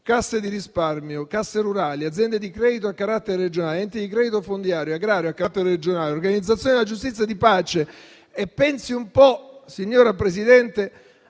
casse di risparmio, casse rurali, aziende di credito a carattere regionale, enti di credito fondiario e agrario a carattere regionale, organizzazione della giustizia di pace e - pensi un po', signora Presidente